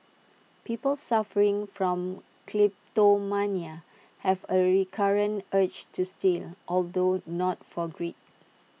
people suffering from kleptomania have A recurrent urge to steal although not for greed